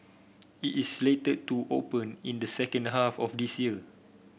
it is slated to open in the second half of this year